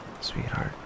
sweetheart